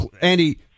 Andy